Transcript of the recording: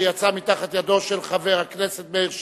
שיצאה מתחת ידו של חבר הכנסת מאיר שטרית,